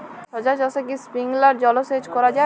শশা চাষে কি স্প্রিঙ্কলার জলসেচ করা যায়?